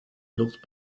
looked